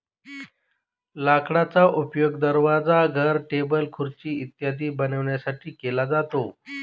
लाकडाचा उपयोग दरवाजा, घर, टेबल, खुर्ची इत्यादी बनवण्यासाठी केला जातो